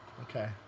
Okay